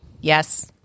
Yes